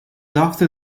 after